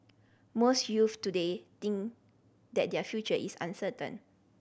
most youths today think that their future is uncertain